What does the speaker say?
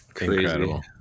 Incredible